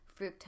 fructose